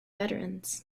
veterans